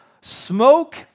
Smoke